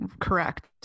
Correct